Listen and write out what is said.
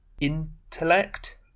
intellect